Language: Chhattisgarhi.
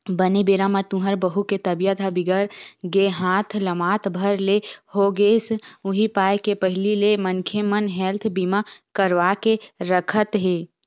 बने बेरा म तुँहर बहू के तबीयत ह बिगड़ गे हाथ लमात भर ले हो गेस उहीं पाय के पहिली ले मनखे मन हेल्थ बीमा करवा के रखत हे